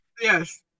Yes